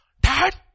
Dad